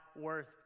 worth